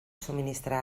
subministrar